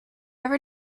ever